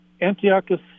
Antiochus